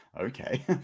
Okay